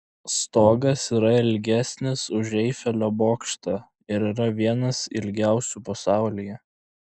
stogas yra ilgesnis už eifelio bokštą ir yra vienas ilgiausių pasaulyje